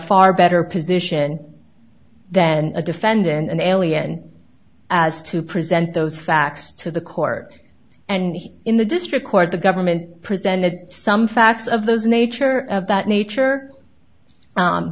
far better position than a defendant an alien as to present those facts to the court and he in the district court the government presented some facts of those nature of that nature